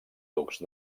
ducs